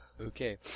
Okay